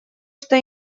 что